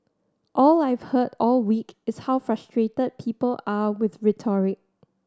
all I've heard all week is how frustrated people are with rhetoric